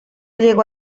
llegó